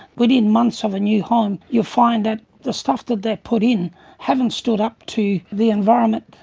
within months of a new home you'll find that the stuff that they've put in haven't stood up to the environment.